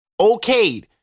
okayed